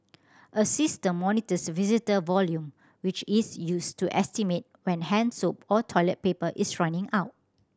a system monitors visitor volume which is used to estimate when hand soap or toilet paper is running out